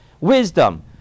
wisdom